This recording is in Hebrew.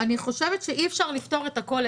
אני חושבת שאי אפשר לפתור את הכול.